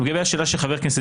לגבי השאלה של חבר הכנסת